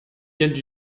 galles